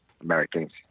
Americans